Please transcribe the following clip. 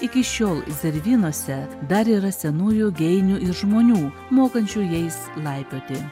iki šiol zervynose dar yra senųjų geinių ir žmonių mokančių jais laipioti